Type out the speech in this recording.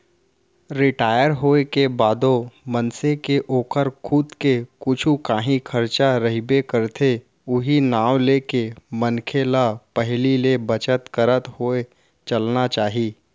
retire होए के बादो मनसे के ओकर खुद के कुछु कांही खरचा रहिबे करथे उहीं नांव लेके मनखे ल पहिली ले बचत करत होय चलना चाही